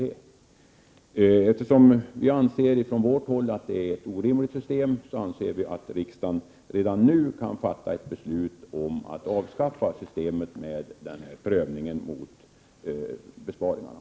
Från centerns sida anser vi att detta är ett orimligt system, och därför borde riksdagen redan nu kunna fatta ett beslut om att avskaffa systemet med prövningen mot besparingarna.